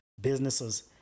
businesses